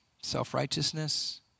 Self-righteousness